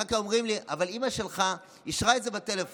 אחר כך אומרים לי: אבל אימא שלך אישרה את זה בטלפון.